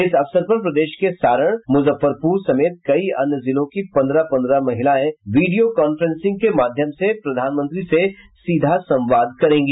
इस अवसर पर प्रदेश के सारण मुजफ्फरपुर समेत कई अन्य जिलों की पन्द्रह पन्द्रह महिलाएं विडियो कांफ्रेंसिंग के माध्यम से प्रधानमंत्री से सीधा संवाद करेगी